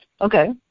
okay